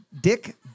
Dick